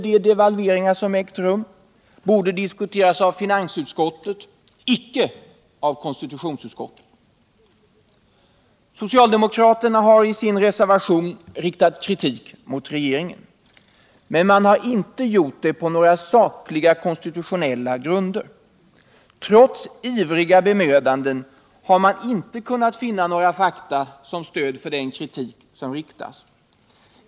de devalveringar som ägt rum borde diskuteras av finansutskottet, icke av konstitutionsutskottet. Socialdemokraterna har i sin reservation riktat kritik mot regeringen. Men man har inte gjort det på några sakliga konstitutionella grunder. Trots ivriga bemödanden har man inte kunnat finna några fakta som stöd för den kritik som framförs.